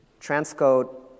transcode